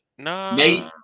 Nate